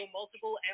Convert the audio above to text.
multiple